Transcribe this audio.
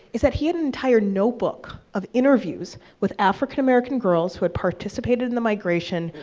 is that he had an entire notebook of interviews with african-american girls who had participated in the migration,